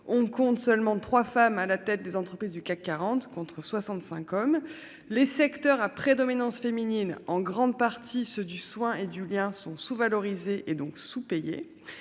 ne compte seulement 3 femmes à la tête des entreprises du CAC 40, contre 65 hommes. Les secteurs à prédominance féminine en grande partie ceux du soin et du lien sont sous-valorisées et donc sous-payés